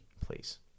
please